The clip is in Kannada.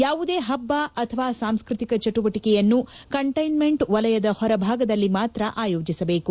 ಯಾವುದೇ ಹಬ್ಲ ಅಥವಾ ಸಾಂಸ್ತತಿಕ ಚಟುವಟಿಕೆಯನ್ನು ಕಂಟೈನ್ಮೆಂಟ್ ವಲಯದ ಹೊರಭಾಗದಲ್ಲಿ ಮಾತ್ರ ಆಯೋಜಿಸಬೇಕು